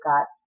got